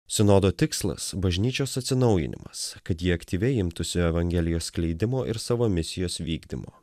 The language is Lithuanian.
sinodo tikslas bažnyčios atsinaujinimas kad jie aktyviai imtųsi evangelijos skleidimo ir savo misijos vykdymo